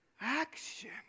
action